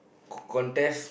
contest